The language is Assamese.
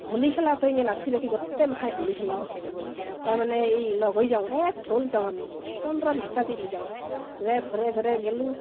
হলী খেলোঁতে এংকে নাচি বাগি গোটেইমখাই হলী খেলে এংকে তাৰমানে এই লগ হৈ যাওঁ এক ধল যাওঁ আমি পোন্ধৰ বিছটা তিৰি যাওঁ যায় ঘৰে ঘৰে গ'লোঁ